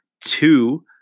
two